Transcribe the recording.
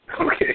Okay